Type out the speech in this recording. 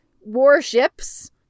warships